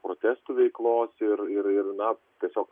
protestų veiklos ir ir ir na tiesiog